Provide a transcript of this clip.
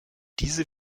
diese